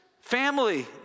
family